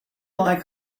like